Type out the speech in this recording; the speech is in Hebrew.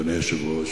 היושב-ראש,